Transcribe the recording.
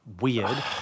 weird